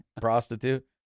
prostitute